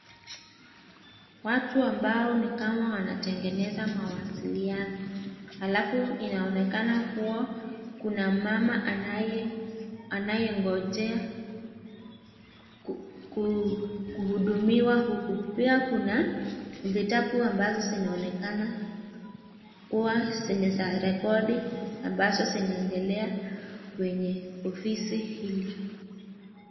Watu ambao ni kama wanatengeneza mawasiliano. Alafu inaonekana kua kuna mama anaye ngojea kuhudumiwa huku. Pia kuna vitabu ambavyo vinaonekana kua ni zenye rekodi ambazo zinaendelea kwenye ofisi hili.